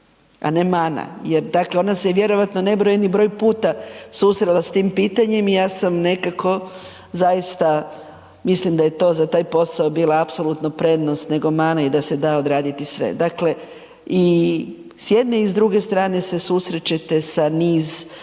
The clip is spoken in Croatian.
a ne mana. Dakle, ona se vjerojatno nebrojeni broj puta susrela sa tim pitanjem i ja sam nekako zaista mislim da je to za taj posao bila apsolutno prednost nego mana i da se da odraditi sve. Dakle, i s jedne i s druge strane se susrećete sa niz